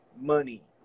money